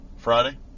Friday